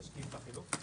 (היו"ר רון כץ)